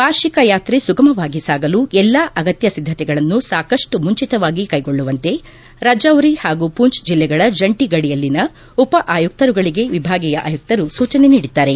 ವಾರ್ಷಿಕ ಯಾತ್ರೆ ಸುಗಮವಾಗಿ ಸಾಗಲು ಎಲ್ಲಾ ಅಗತ್ತ ಸಿದ್ದತೆಗಳನ್ನು ಸಾಕಷ್ಟು ಮುಂಚಿತವಾಗಿ ಕೈಗೊಳ್ಳುವಂತೆ ರಜೌರಿ ಹಾಗೂ ಪೂಂಚ್ ಜಿಲ್ಲೆಗಳ ಜಂಟಿ ಗಡಿಯಲ್ಲಿನ ಉಪ ಆಯುಕ್ತರುಗಳಗೆ ವಿಭಾಗೀಯ ಆಯುಕ್ತರು ಸೂಚನೆ ನೀಡಿದ್ದಾರೆ